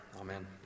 Amen